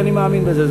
כי אני מאמין בזה,